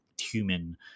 human